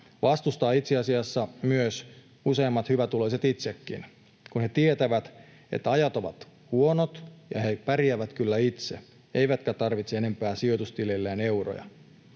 vastustavat itse asiassa myös useammat hyvätuloiset itsekin, sillä he tietävät, että ajat ovat huonot ja he pärjäävät kyllä itse eivätkä tarvitse sijoitustililleen enempää